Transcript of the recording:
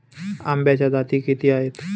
आंब्याच्या जाती किती आहेत?